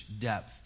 depth